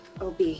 OB